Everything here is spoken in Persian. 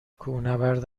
کوهنورد